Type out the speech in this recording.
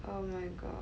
oh my god